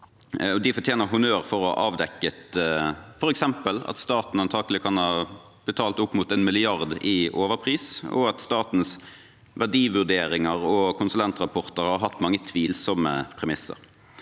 De fortjener honnør for å ha avdekket f.eks. at staten antakelig kan ha betalt opp mot en milliard i overpris, og at statens verdivurderinger og konsulentrapporter har hatt mange tvilsomme premisser.